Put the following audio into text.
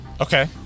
Okay